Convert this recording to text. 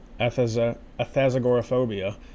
athazagoraphobia